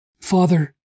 Father